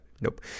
nope